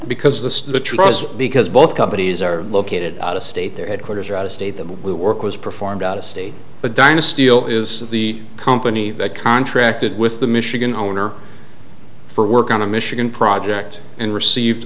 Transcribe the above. because the trust because both companies are located out of state their headquarters are out of state them we work was performed out of state but dynasty hill is the company that contracted with the michigan owner for work on a michigan project and received